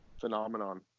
phenomenon